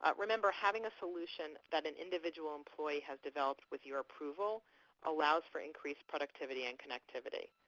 ah remember, having a solution that an individual employee has developed with your approval allows for increased productivity and connectivity.